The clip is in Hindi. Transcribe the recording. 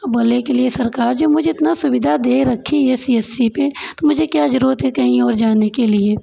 अब बोले के लिए सरकार जब मुझे इतना सुविधा दे रखी है सी एस सी पे तो मुझे क्या जरूरत है कहीं और जाने के लिए